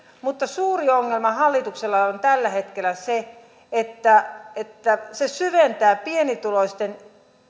mutta suuri ongelma hallituksella on tällä hetkellä se että että se syventää pienituloisten